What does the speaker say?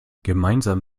gemeinsam